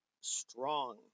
strong